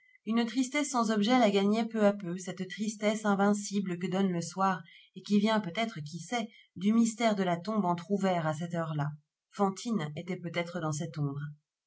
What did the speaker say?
une tristesse sans objet la gagnait peu à peu cette tristesse invincible que donne le soir et qui vient peut-être qui sait du mystère de la tombe entr'ouvert à cette heure-là fantine était peut-être dans cette ombre